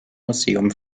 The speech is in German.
museum